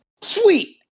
sweet